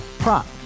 Prop